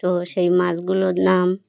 তো সেই মাছগুলোর নাম